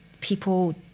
people